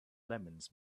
lemons